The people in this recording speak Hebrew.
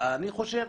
אני חושב,